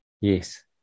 Yes